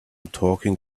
talking